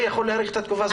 נשמע לי בסדר.